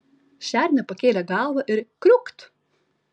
šernė pakėlė galvą ir kriūkt